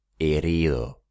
herido